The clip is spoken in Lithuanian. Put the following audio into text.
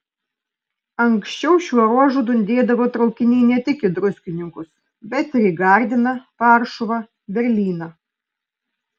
anksčiau šiuo ruožu dundėdavo traukiniai ne tik į druskininkus bet ir į gardiną varšuvą berlyną